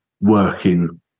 working